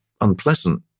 unpleasant